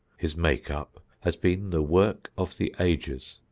his make-up has been the work of the ages.